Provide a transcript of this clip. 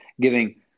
giving